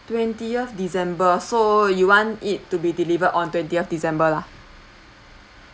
twentieth december so you want it to be delivered on twentieth december lah